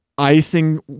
Icing